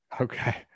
Okay